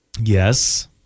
Yes